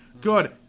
Good